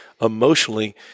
emotionally